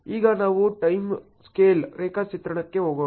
ಈಗ ನಾವು time scale ರೇಖಾಚಿತ್ರಕ್ಕೆ ಹೋಗೋಣ